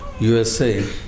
USA